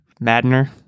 maddener